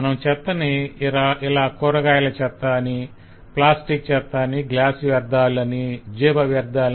మనం చెత్తని ఇలా కూరగాయల చెత్త ప్లాస్టిక్ చెత్త గ్లాస్ వ్యర్ధాలు జీవ వ్యర్థాలు